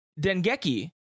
dengeki